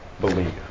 believe